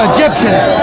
Egyptians